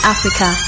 Africa